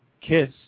kiss